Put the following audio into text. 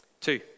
Two